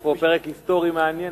שמענו פה פרק היסטורי מעניין.